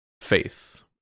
faith